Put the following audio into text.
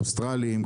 אוסטרליים,